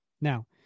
Now